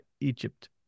egypt